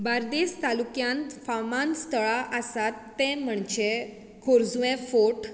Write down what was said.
बार्देस तालुक्यांत फामाद स्थळां आसात तें म्हणजे खोर्जुवें फोर्ट